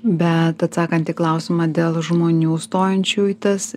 bet atsakant į klausimą dėl žmonių stojančių į tas